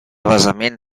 basament